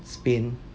spain